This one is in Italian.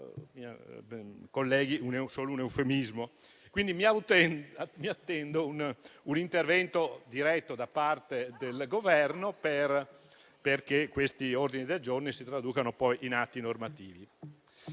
Mi attendo quindi un intervento diretto da parte del Governo affinché questi ordini del giorno si traducano poi in atti normativi.